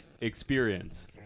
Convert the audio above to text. experience